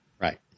Right